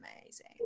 amazing